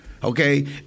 Okay